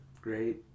great